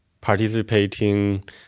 participating